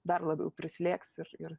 dar labiau prislėgs ir ir